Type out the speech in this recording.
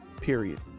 period